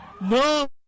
No